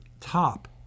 top